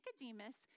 Nicodemus